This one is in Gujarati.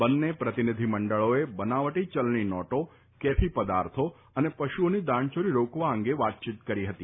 બંને પ્રતિનિધિ મંડળોએ બનાવટી ચલણી નોટો કેફી પદાર્થો અને પશુઓની દાણચોરી રોકવા અંગે વાતચીત કરી હતી